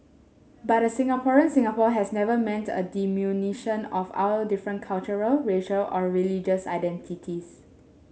but a Singaporean Singapore has never meant a diminution of our different cultural racial or religious identities